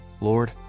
Lord